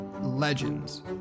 Legends